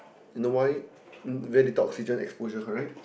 you know why um very little oxygen exposure correct